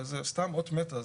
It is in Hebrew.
זה סתם אות מתה.